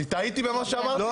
אני טעיתי במה שאמרתי?